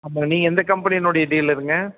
ஆமாம் நீங்கள் எந்த கம்பெனியினுடைய டீலருங்க